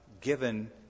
given